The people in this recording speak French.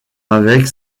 avec